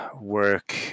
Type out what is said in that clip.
work